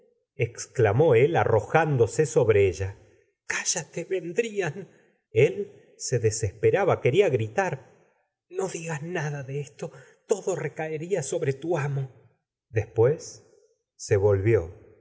exclamó él arrojándose sobre ella cállate vendrían el se desesperaba querla gritar no digas nada de esto todo recaería sobre tu amo después se volvió súbitamente calmada y